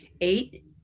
eight